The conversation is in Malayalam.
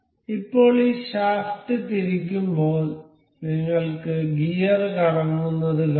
ഇപ്പോൾ ഈ ഷാഫ്റ്റ് തിരിക്കുമ്പോൾ നിങ്ങൾക്ക് ഗിയർ കറങ്ങുന്നത് കാണാം